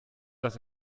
dass